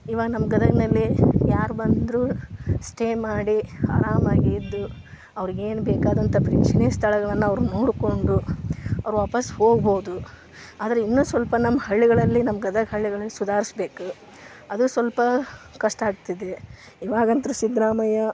ಇವಾಗ ನಮ್ಮ ಗದಗಿನಲ್ಲಿ ಯಾರು ಬಂದರೂ ಸ್ಟೇ ಮಾಡಿ ಆರಾಮಾಗಿ ಇದ್ದು ಅವರಿಗೆ ಏನು ಬೇಕಾದಂಥ ಪ್ರೇಕ್ಷಣೀಯ ಸ್ಥಳಗಳನ್ನು ಅವರು ನೋಡಿಕೊಂಡು ಅವರು ವಾಪಾಸು ಹೋಗ್ಬೋದು ಆದರೆ ಇನ್ನು ಸ್ವಲ್ಪ ನಮ್ಮ ಹಳ್ಳಿಗಳಲ್ಲಿ ನಮ್ಮ ಗದಗ ಹಳ್ಳಿಗಳಲ್ಲಿ ಸುಧಾರಿಸ್ಬೇಕು ಅದು ಸ್ವಲ್ಪ ಕಷ್ಟ ಆಗ್ತದೆ ಇವಾಗ ಅಂತೂ ಸಿದ್ಧರಾಮಯ್ಯ